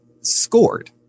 scored